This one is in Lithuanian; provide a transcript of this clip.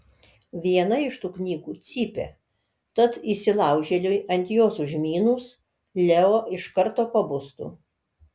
viena tų knygų cypia tad įsilaužėliui ant jos užmynus leo iš karto pabustų